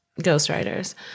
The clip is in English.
ghostwriters